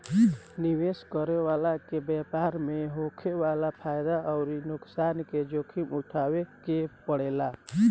निवेश करे वाला के व्यापार में होखे वाला फायदा अउरी नुकसान के जोखिम उठावे के पड़ेला